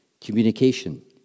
communication